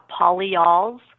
polyols